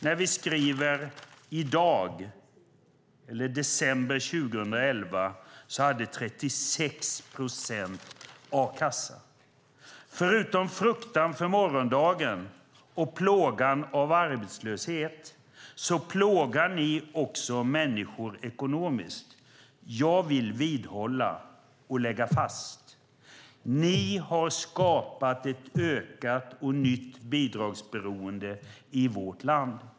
När vi skrev december 2011 hade 36 procent a-kassa. Förutom fruktan för morgondagen och plågan av arbetslöshet plågar ni också människor ekonomiskt. Jag vill vidhålla och lägga fast: Ni har skapat ett ökat och nytt bidragsberoende i vårt land.